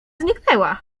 zniknęła